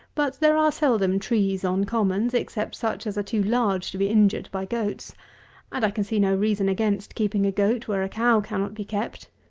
but there are seldom trees on commons, except such as are too large to be injured by goats and i can see no reason against keeping a goat where a cow cannot be kept.